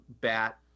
bat